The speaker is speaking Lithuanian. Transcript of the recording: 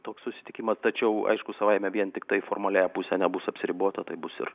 toks susitikimas tačiau aišku savaime vien tiktai formaliąja puse nebus apsiribota tai bus ir